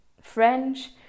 French